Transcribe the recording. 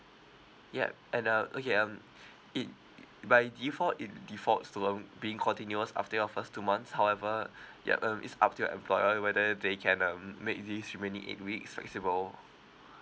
ya and uh okay um it by default it defaults to um being continuous after your first two months however ya um it's up to your employer whether they can um make this remaining eight weeks flexible